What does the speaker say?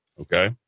okay